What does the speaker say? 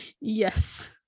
Yes